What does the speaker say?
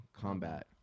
combat